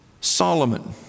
Solomon